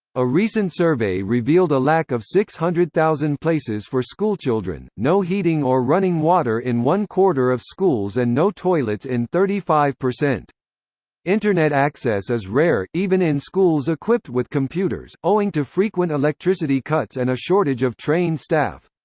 a recent survey revealed a lack of six hundred thousand places for schoolchildren, no heating or running water in one-quarter of schools and no toilets in thirty five. internet access is rare, even in schools equipped with computers, owing to frequent electricity cuts and a shortage of trained staff.